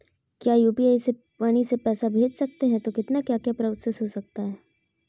क्या यू.पी.आई से वाणी से पैसा भेज सकते हैं तो कितना क्या क्या प्रोसेस हो सकता है?